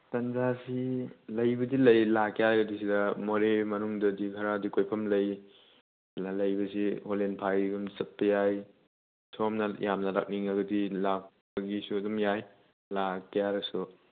ꯇꯟꯖꯥꯁꯤ ꯂꯩꯕꯨꯗꯤ ꯂꯩ ꯂꯥꯛꯀꯦ ꯍꯥꯏꯔꯒꯗꯤ ꯁꯤꯗ ꯃꯣꯔꯦ ꯃꯅꯨꯡꯗꯗꯤ ꯈꯔꯗꯤ ꯀꯣꯏꯐꯝ ꯂꯩ ꯑꯗꯨꯅ ꯂꯩꯕꯁꯤ ꯑꯣꯂꯦꯟꯐꯥꯏꯒꯨꯝ ꯆꯠꯄ ꯌꯥꯏ ꯁꯣꯝꯅ ꯌꯥꯝꯅ ꯂꯥꯛꯅꯤꯡꯉꯒꯗꯤ ꯂꯥꯛꯄꯒꯤꯁꯨ ꯑꯗꯨꯝ ꯌꯥꯏ ꯂꯥꯛꯀꯦ ꯍꯥꯏꯔꯁꯨ